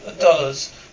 dollars